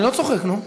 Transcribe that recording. אני לא צוחק, נו.